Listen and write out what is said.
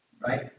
Right